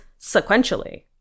sequentially